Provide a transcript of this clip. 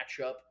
matchup